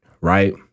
right